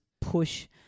push